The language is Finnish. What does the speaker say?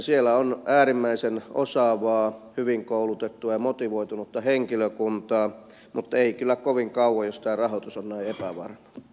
siellä on äärimmäisen osaavaa hyvin koulutettua ja motivoitunutta henkilökuntaa mutta ei kyllä kovin kauan jos tämä rahoitus on näin epävarmaa